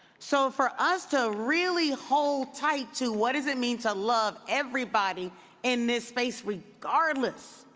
so for us to really hold tight to what does it mean to love everybody in this space, regardless,